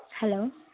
hello